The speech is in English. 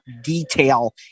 detail